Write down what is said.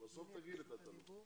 בסוף תגיעי לתת-אלוף.